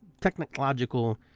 technological